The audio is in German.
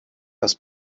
das